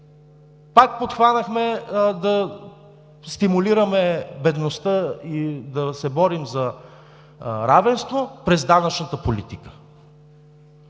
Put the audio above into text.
Пак подхванахме да стимулираме бедността и да се борим за равенство през данъчната политика.